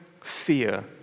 fear